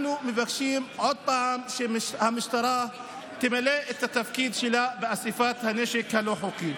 אנחנו מבקשים עוד פעם שהמשטרה תמלא את התפקיד שלה באיסוף הנשק הלא-חוקי.